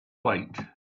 wait